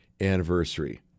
anniversary